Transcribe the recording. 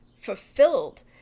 fulfilled